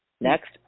Next